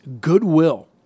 goodwill